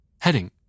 Heading –